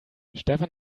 stefan